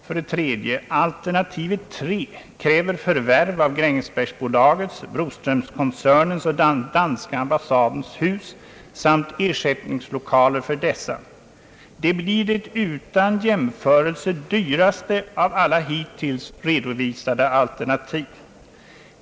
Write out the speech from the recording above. För det tredje kräver alternativ 3 a förvärv av Grängesbergsbolagets, Broströmskoncernens och danska ambassadens hus samt ersättningslokaler för dessa. Det blir det utan jämförelse dyraste av alla hittills redovisade alternativ.